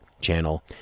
channel